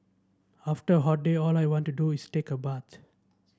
after a hot day all I want to do is take a bath